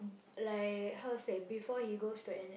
like how to say before he goes to N_S